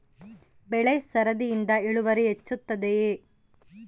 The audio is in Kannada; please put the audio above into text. ಬೆಳೆ ಸರದಿಯಿಂದ ಇಳುವರಿ ಹೆಚ್ಚುತ್ತದೆಯೇ?